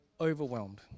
overwhelmed